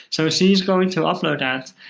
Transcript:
so she's going to upload that,